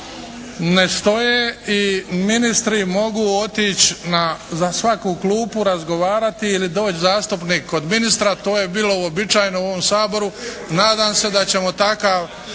ne stoje i ministri mogu otići za svaku klupu razgovarati ili doći zastupnik kod ministra. To je bilo uobičajeno u ovom Saboru. Nadam se da ćemo takvu